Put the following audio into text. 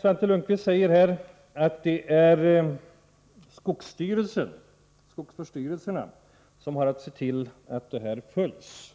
Svante Lundkvist påstår att skogsvårdsstyrelserna har att se till att bestämmelserna följs.